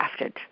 crafted